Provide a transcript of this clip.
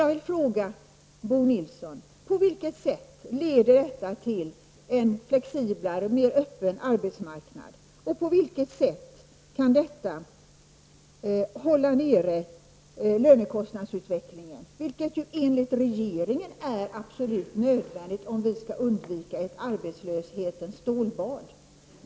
Jag vill fråga Bo Nilsson: På vilket sätt leder detta till en flexiblare och mer öppen arbetsmarknad, och på vilket sätt kan detta hålla nere lönekostnadsutvecklingen, vilket ju enligt regeringen är absolut nödvändigt om vi skall undvika ett arbetslöshetens stålbad?